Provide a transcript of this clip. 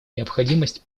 необходимость